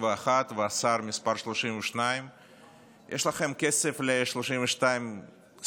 31 והשר מס' 32. יש לכם כסף ל-32 שרים